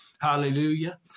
Hallelujah